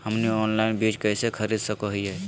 हमनी ऑनलाइन बीज कइसे खरीद सको हीयइ?